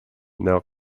now